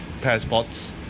passports